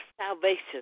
salvation